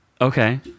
Okay